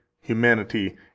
humanity